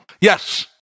Yes